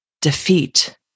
defeat